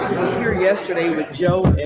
here yesterday with joe.